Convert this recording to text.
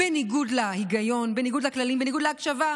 בניגוד להיגיון, בניגוד לכללים, בניגוד להקשבה.